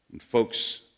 folks